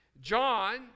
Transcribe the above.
John